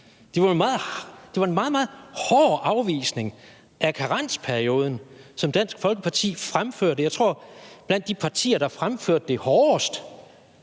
Det var en meget, meget hård afvisning af karensperioden, som Dansk Folkeparti fremførte. Jeg tror, at det blandt de partier, der fremførte det,